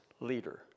leader